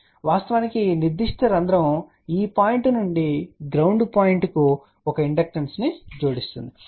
కాబట్టి వాస్తవానికి ఈ నిర్దిష్ట రంధ్రం ఈ పాయింట్ నుండి గ్రౌండ్ పాయింట్కు ఒక ఇండక్టెన్స్ను జోడిస్తుంది